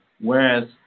whereas